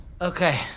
Okay